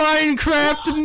Minecraft